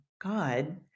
God